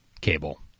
cable